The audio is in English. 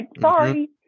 sorry